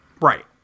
Right